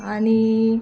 आणि